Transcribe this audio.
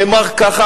נאמר ככה,